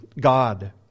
God